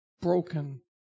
broken